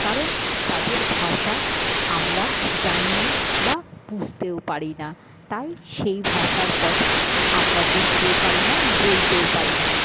কারণ তাদের ভাষা আমরা জানি না বা বুঝতেও পারি না তাই সেই ভাষার কথা আমরা বুঝতেও পারি না বলতেও পারি না